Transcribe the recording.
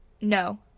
No